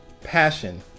Passion